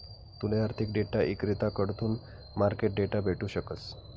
तूले आर्थिक डेटा इक्रेताकडथून मार्केट डेटा भेटू शकस